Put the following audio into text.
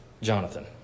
Jonathan